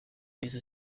yahise